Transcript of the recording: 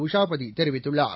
உஷா பதி தெரிவித்துள்ளார்